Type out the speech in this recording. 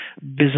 business